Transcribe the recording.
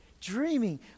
dreaming